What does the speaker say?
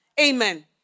Amen